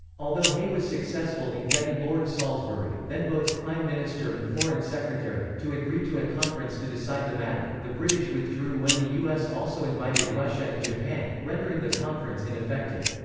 although hay was successful in getting lord salisbury, then both prime minister and foreign secretary, to agree to a conference to decide the matter, the british withdrew when the u s. also invited russia and japan, rendering the conference ineffective.